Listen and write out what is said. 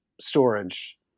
storage